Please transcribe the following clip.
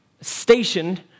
stationed